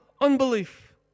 unbelief